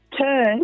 turn